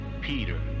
Peter